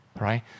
Right